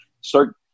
start